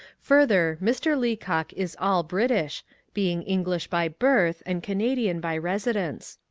further, mr. leacock is all-british, being english by birth and canadian by residence,